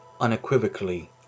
Unequivocally